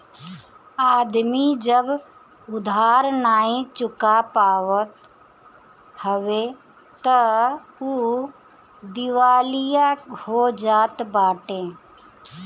आदमी जब उधार नाइ चुका पावत हवे तअ उ दिवालिया हो जात बाटे